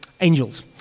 Angels